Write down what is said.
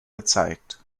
gezeigt